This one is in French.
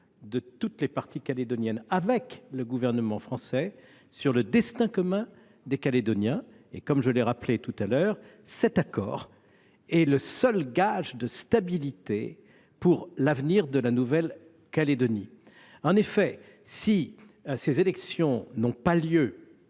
de l’ensemble des parties avec le gouvernement français sur le destin commun des Calédoniens. Et, comme je l’ai rappelé tout à l’heure, cet accord est le seul gage de stabilité pour l’avenir de la Nouvelle Calédonie. Imaginons que les élections n’aient pas lieu